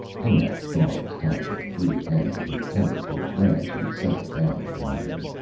honath's guards tied the free end of his tether to a branch and settled down around him.